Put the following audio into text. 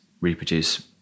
reproduce